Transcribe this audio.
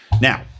Now